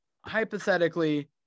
hypothetically –